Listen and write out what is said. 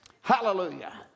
Hallelujah